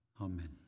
amen